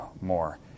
more